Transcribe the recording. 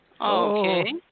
Okay